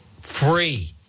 free